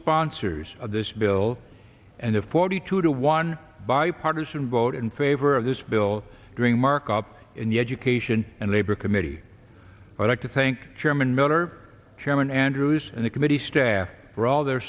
sponsors of this bill and a forty two to one bipartisan vote in favor of this bill during markup in the education and labor committee but to thank german motor chairman andrews and the committee staff for all their